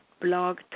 Blog